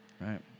Right